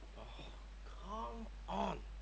come on!